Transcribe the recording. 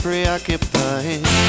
Preoccupied